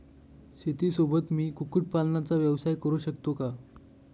शेतीसोबत मी कुक्कुटपालनाचा व्यवसाय करु शकतो का?